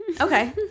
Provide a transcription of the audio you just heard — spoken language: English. okay